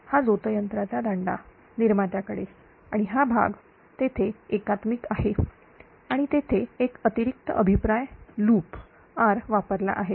हा झोतयंत्राचा दांडा निर्मात्याकडे आणि हा भाग तेथे एकात्मिक आहे आणि तेथे एक अतिरिक्त अभिप्राय लूप R वापरला आहे